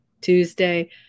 Tuesday